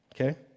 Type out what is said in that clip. okay